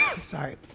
Sorry